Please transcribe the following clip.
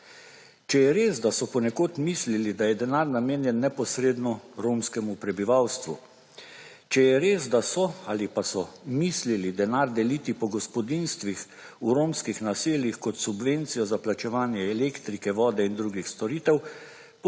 Če je res, da so ponekod mislili, da je denar namenjen neposredno romskemu prebivalstvu, če je res, da so ali pa so mislili denar deliti po gospodinjstvih v romskih naseljih kot subvencijo za plačevanje elektrike, vode in drugih storite,